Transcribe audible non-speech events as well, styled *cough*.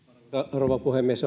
rouva puhemies *unintelligible*